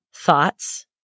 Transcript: thoughts